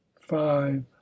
five